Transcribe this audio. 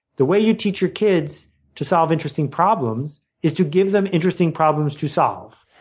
the way you teach your kids to solve interesting problems is to give them interesting problems to solve.